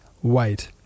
white